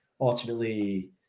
ultimately